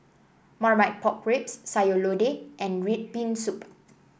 Marmite Pork Ribs Sayur Lodeh and red bean soup